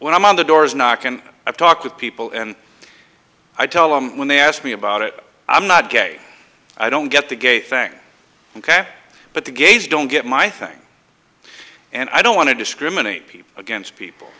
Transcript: when i'm on the doors knock and i talk with people and i tell them when they ask me about it i'm not gay i don't get the gay thing ok but the gays don't get my thing and i don't want to discriminate people against people